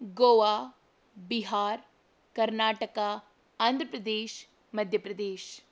Goa Bihar Karnataka Andhra Pradesh Madhya Pradesh